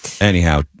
Anyhow